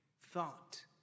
thought